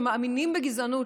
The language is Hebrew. שמאמינים בגזענות,